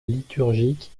liturgique